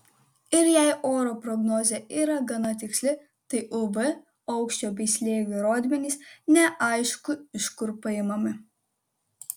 ir jei orų prognozė yra gana tiksli tai uv aukščio bei slėgio rodmenys neaišku iš kur paimami